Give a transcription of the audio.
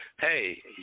hey